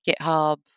GitHub